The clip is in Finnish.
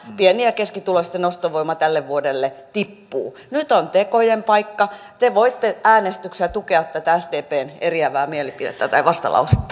pieni ja keskituloisten eläkkeensaajien ostovoima tänä vuonna tippuu nyt on tekojen paikka te voitte äänestyksessä tukea tätä sdpn eriävää mielipidettä tai vastalausetta